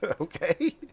Okay